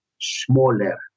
smaller